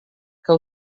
que